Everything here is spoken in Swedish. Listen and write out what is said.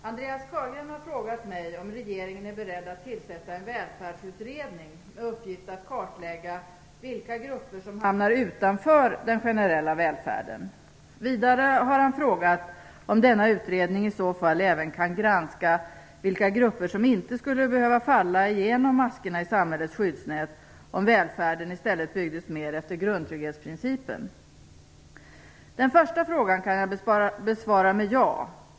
Herr talman! Andreas Carlgren har frågat mig om regeringen är beredd att tillsätta en välfärdsutredning med uppgift att kartlägga vilka grupper som hamnar utanför den generella välfärden. Vidare har han frågat om denna utredning i så fall även kan granska vilka grupper som inte skulle behöva falla igenom maskorna i samhällets skyddsnät, om välfärden i stället byggdes mer efter grundtrygghetsprincipen. Den första frågan kan jag besvara med ja.